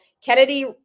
Kennedy